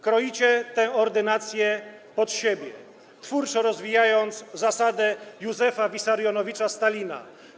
Kroicie tę ordynację pod siebie, twórczo rozwijając zasadę Józefa Wissarionowicza Stalina.